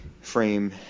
frame